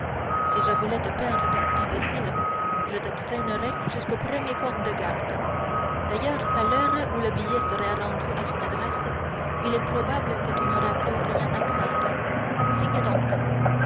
si je voulais te perdre imbécile je te traînerais jusqu'au premier corps de garde d'ailleurs à l'heure où le billet sera rendu à son adresse il est probable que tu n'auras plus rien à craindre signe donc